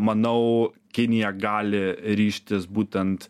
manau kinija gali ryžtis būtent